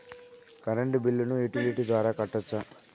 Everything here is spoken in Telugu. కరెంటు బిల్లును యుటిలిటీ ద్వారా కట్టొచ్చా?